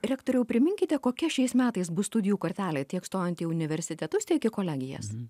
rektoriau priminkite kokia šiais metais bus studijų kartelė tiek stojant į universitetus tiek į kolegijas